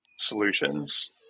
solutions